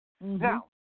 Now